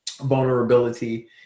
Vulnerability